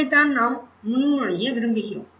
இதைதான் நாம் முன்மொழிய விரும்புகிறோம்